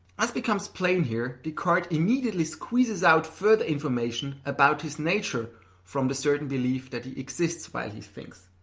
as becomes plain here, descartes immediately squeezes out further information about his nature from the certain belief that he exists while he thinks.